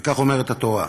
וכך אומרת התורה: